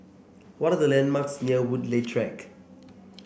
what are the landmarks near Woodleigh Track